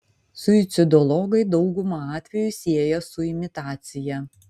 suicidologai daugumą atvejų sieja su imitacija